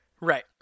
Right